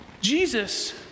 Jesus